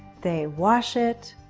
they wash it,